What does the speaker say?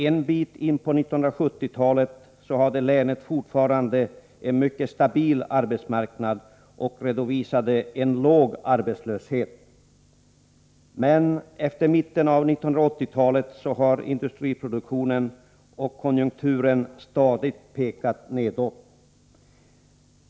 En bit in på 1970-talet hade länet fortfarande en mycket stabil arbetsmarknad och redovisade en låg arbetslöshet. Men efter mitten av 1980-talet har industriproduktionen och konjunkturen stadigt pekat nedåt.